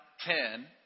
ten